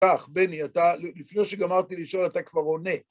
אח, בני, אתה לפני שגמרתי לשאול אתה כבר עונה.